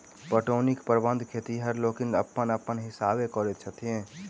पटौनीक प्रबंध खेतिहर लोकनि अपन अपन हिसाबेँ करैत छथि